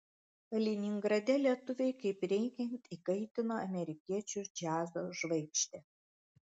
kaliningrade lietuviai kaip reikiant įkaitino amerikiečių džiazo žvaigždę